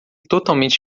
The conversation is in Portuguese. totalmente